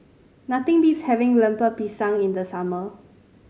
nothing beats having Lemper Pisang in the summer